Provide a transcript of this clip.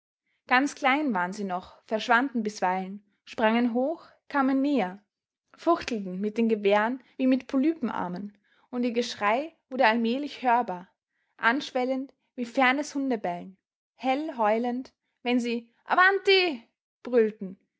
ganz klein waren sie noch verschwanden bisweilen sprangen hoch kamen näher fuchtelten mit den gewehren wie mit polypenarmen und ihr geschrei wurde allmählich hörbar anschwellend wie fernes hundebellen hell heulend wenn sie avanti brüllten